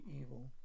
evil